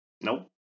Nope